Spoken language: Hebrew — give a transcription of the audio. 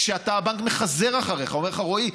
כשהבנק מחזר אחריך ואומר לך: רועי,